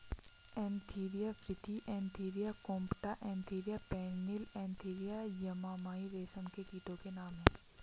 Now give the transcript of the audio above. Antheraea frithi Antheraea compta Antheraea pernyi Antheraea yamamai रेशम के कीटो के नाम हैं